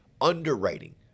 underwriting